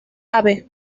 ave